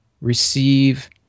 receive